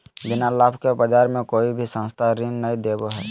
बिना लाभ के बाज़ार मे कोई भी संस्था ऋण नय देबो हय